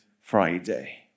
Friday